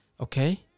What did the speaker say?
Okay